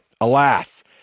Alas